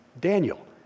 Daniel